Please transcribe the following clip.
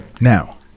Now